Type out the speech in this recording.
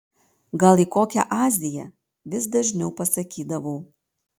gal į kokią aziją vis dažniau pasakydavau